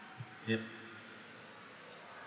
yup